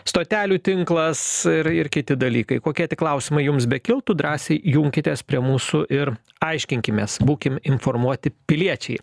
stotelių tinklas ir ir kiti dalykai kokie tik klausimai jums bekiltų drąsiai junkitės prie mūsų ir aiškinkimės būkim informuoti piliečiai